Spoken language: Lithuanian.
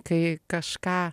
kai kažką